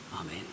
Amen